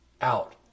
out